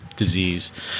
Disease